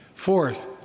Fourth